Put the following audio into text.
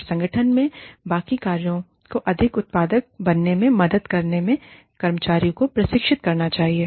और संगठन में बाकी कार्यों को अधिक उत्पादक बनने में मदद करने में कर्मचारियों को प्रशिक्षित करना चाहिए